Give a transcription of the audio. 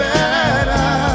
Better